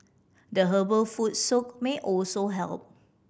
the herbal foot soak may also help